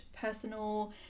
personal